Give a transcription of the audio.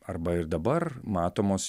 arba ir dabar matomos